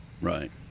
Right